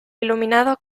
iluminado